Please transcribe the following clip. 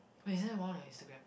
wait is there more on your Instagram